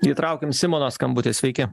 įtraukėm simono skambutį sveiki